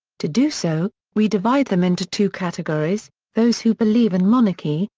to do so, we divide them into two categories those who believe in monarchy,